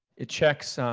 it checks,